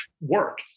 work